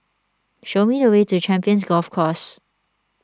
show me the way to Champions Golf Course